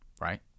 right